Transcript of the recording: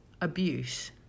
abuse